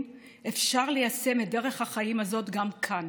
אפשר ליישם את דרך החיים הזאת גם כאן.